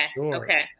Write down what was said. okay